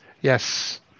Yes